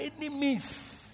enemies